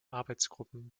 arbeitsgruppen